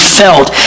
felt